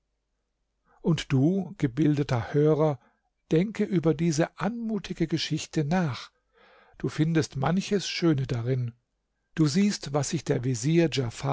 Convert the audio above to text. und du gebildeter leser denke über diese anmutige geschichte nach du findest manches schöne darin du siehst was sich der vezier